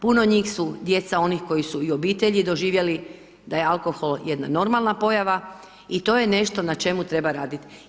Puno njih su djeca onih koji su i u obitelji doživjeli da je alkohol jedna normalna pojava i to je nešto na čemu treba raditi.